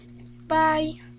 Bye